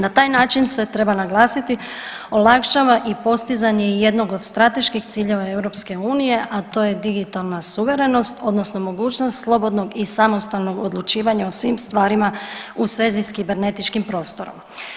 Na taj način se treba naglasiti, olakšava i postizanje jednog od strateških ciljeva EU, a to je digitalna suverenost, odnosno mogućnost slobodnog i samostalnog odlučivanja o svim stvarima u svezi s kibernetičkim prostorom.